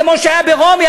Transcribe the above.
כמו שהיה ברומי,